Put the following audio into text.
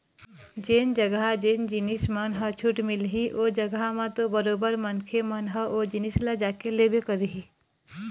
जेन जघा जेन जिनिस मन ह छूट मिलही ओ जघा म तो बरोबर मनखे मन ह ओ जिनिस ल जाके लेबे करही